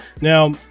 now